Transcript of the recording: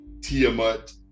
Tiamat